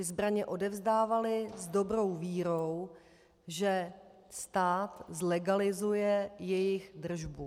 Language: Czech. Zbraně odevzdávali s dobrou vírou, že stát zlegalizuje jejich držbu.